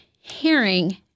hearing